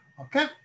okay